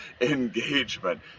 engagement